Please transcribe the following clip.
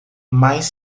mais